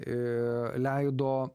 i leido